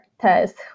test